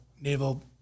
Naval